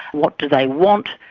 what do they want,